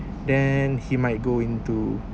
then he might go into